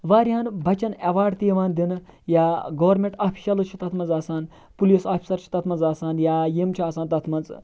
واریاہَن بَچَن ایٚواڈ تہِ یِوان دِنہٕ یا گورمیٚنٹ اوفشَلٕز چھِ تَتھ مَنٛز آسان پُلیس آفِسَر چھِ تَتھ مَنٛز آسان یا یِم چھِ آسان تَتھ مَنٛز